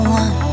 one